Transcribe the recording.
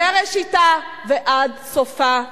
מראשיתה ועד סופה,